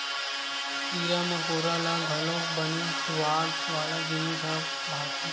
कीरा मकोरा ल घलोक बने सुवाद वाला जिनिस ह भाथे